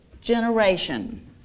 generation